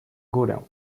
górę